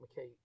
McKay